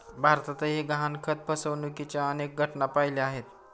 भारतातही गहाणखत फसवणुकीच्या अनेक घटना पाहिल्या आहेत